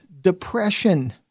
depression